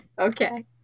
okay